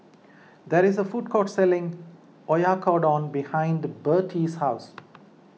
there is a food court selling Oyakodon behind Birtie's house